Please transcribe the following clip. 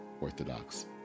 Orthodox